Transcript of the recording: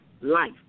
life